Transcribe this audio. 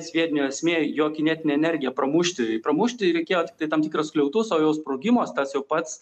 sviedinio esmė jo kinetinė energija pramušti pramušti reikėjo tiktai tam tikrus skliautus o jau sprogimas tas jau pats